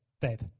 babe